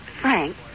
Frank